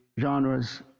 genres